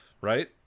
right